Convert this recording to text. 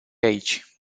aici